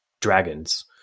dragons